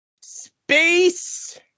space